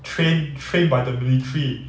trained trained by the military